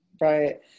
Right